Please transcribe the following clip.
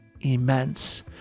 immense